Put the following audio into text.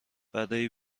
برای